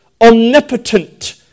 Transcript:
omnipotent